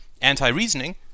anti-reasoning